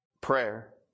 Prayer